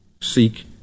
Seek